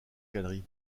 galerie